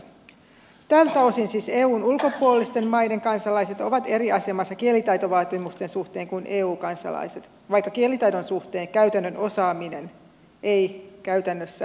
tältä osin siis eun ulkopuolisten maiden kansalaiset ovat eri asemassa kielitaitovaatimusten suhteen kuin eu kansalaiset vaikka kielitaidon suhteen käytännön osaaminen ei käytössä eroa